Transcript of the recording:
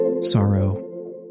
sorrow